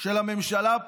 של הממשלה פה,